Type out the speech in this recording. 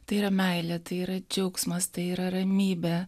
tai yra meilė tai yra džiaugsmas tai yra ramybė